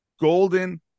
Golden